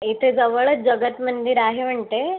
इथे जवळच जगतमंदिर आहे म्हणते